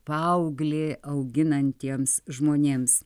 paauglį auginantiems žmonėms